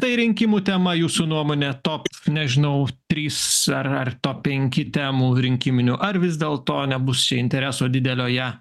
tai rinkimų tema jūsų nuomone top nežinau trys ar ar top penki temų rinkiminių ar vis dėlto nebus čia intereso didelio ja